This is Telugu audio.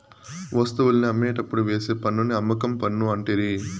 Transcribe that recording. వస్తువుల్ని అమ్మేటప్పుడు వేసే పన్నుని అమ్మకం పన్ను అంటిరి